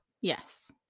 Yes